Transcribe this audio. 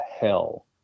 hell